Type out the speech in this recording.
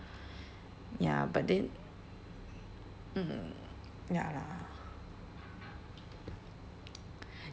ya but then mm ya lah